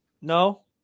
No